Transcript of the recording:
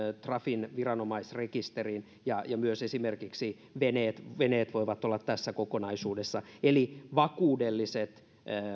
trafin viranomaisrekisteriin ja myös esimerkiksi veneet veneet voivat olla tässä kokonaisuudessa vakuudelliset